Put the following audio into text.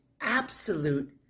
absolute